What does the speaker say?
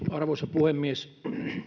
arvoisa puhemies